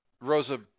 Rosa